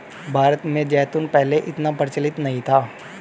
भारत में जैतून पहले इतना प्रचलित नहीं था